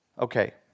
Okay